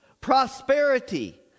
prosperity